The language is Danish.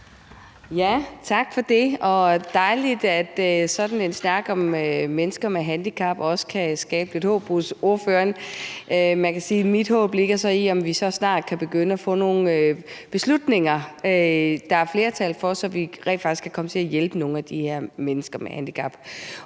Tak for det. Det er dejligt, at sådan en snak om mennesker med handicap også kan skabe lidt håb hos ordføreren. Mit håb ligger i, om vi så snart kan begynde at få nogle beslutninger, der er flertal for, så vi rent faktisk kan komme til at hjælpe nogle af de her mennesker med handicap.